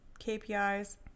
kpis